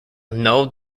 null